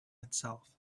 itself